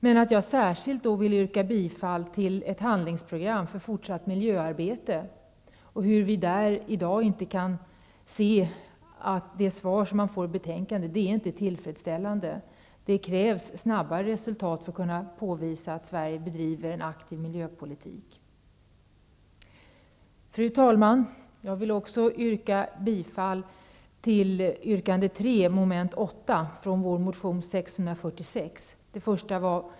Men jag yrkar särkskilt bifall till det handlingsprogram för ett fortsatt miljöarbete som vi föreslagit, dvs. yrkande 1 vid mom. 2. Vi kan i dag inte se att de svar som utskottet ger i betänkandet är tillfredsställande. Det krävs snabba resultat för att kunna påvisa att Sverige bedriver en aktiv miljöpolitik. Fru talman! Jag yrkar också bifall till yrkande 3 vid mom.8, som gäller vår motion Ju646.